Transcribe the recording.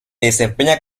desempeña